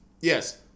Yes